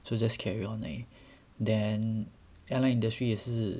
so just carry on eh then airline industry 也是